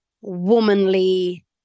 womanly